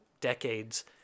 decades